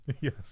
Yes